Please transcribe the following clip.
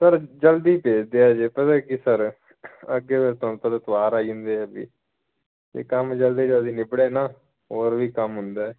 sir ਜਲਦੀ ਭੇਜ ਦਿਓ ਜੀ ਪਤਾ ਕੀ ਸਰ ਅੱਗੇ ਫਿਰ ਤੁਹਾਨੂੰ ਪਤਾ ਤਿਉਹਾਰ ਆਈ ਜਾਂਦੇ ਅਤੇ ਕੰਮ ਜਲਦੀ ਜਲਦੀ ਨਿਬੜੇ ਨਾ ਹੋਰ ਵੀ ਕੰਮ ਹੁੰਦਾ